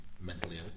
mentally